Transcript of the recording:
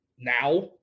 Now